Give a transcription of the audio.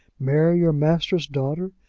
marry your master's daughter,